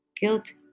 guilt